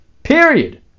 Period